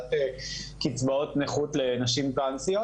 בקבלת קצבאות נכות לנשים טרנסיות,